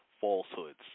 Falsehoods